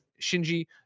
Shinji